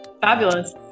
fabulous